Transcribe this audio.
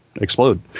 explode